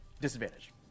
Disadvantage